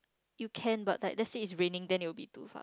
you can but like let's say it's raining then it will be too